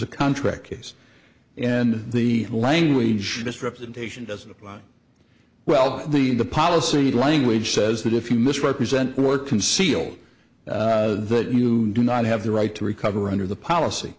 a contract case and the language misrepresentation doesn't apply well the the policy language says that if you misrepresent the word concealed that you do not have the right to recover under the policy